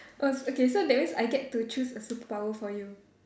oh s~ okay so that means I get to choose a superpower for you